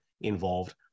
involved